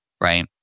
right